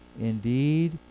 Indeed